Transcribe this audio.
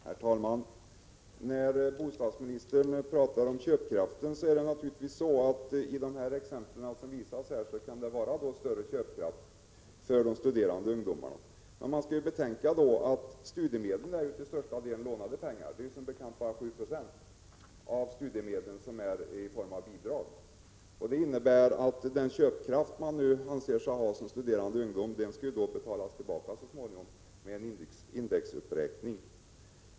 Herr talman! När bostadsministern pratar om köpkraften är det naturligtvis så att det i dessa exempel kan röra sig om större köpkraft för de studerande ungdomarna. Men man skall betänka att studiemedlen till största delen är lånade pengar. Det är som bekant bara 7 90 av studiemedlen som utgår i form av bidrag. Detta innebär att den köpkraft som studerande ungdomar anser sig ha skall så småningom betalas tillbaka med indexuppräkning.